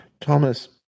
Thomas